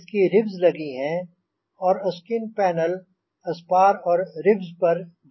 इसकी रिब्ज़ लगी हैं और स्किन पैनल स्पार और रिब्ज़ पर जड़ा है